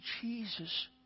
Jesus